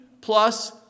plus